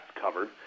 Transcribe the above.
covered